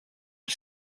are